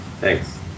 Thanks